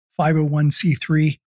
501c3